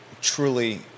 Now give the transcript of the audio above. truly